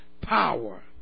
power